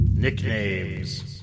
Nicknames